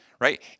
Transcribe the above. right